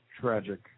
tragic